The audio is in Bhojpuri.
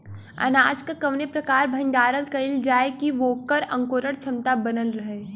अनाज क कवने प्रकार भण्डारण कइल जाय कि वोकर अंकुरण क्षमता बनल रहे?